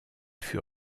fut